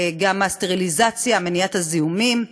גם הסטריליזציה, מניעת הזיהומים,